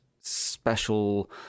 special